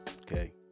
okay